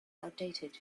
outdated